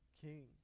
King